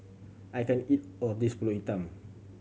I can't eat of this Pulut Hitam